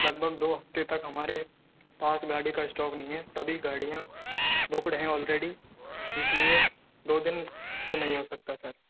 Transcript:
लगभग दो हफ्ते तक हमारे पास गाड़ी का स्टॉक नहीं है सभी गाड़ियाँ बुकड है ऑलरेडी इसलिए दो दिन तो नहीं हो सकता सर